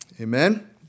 Amen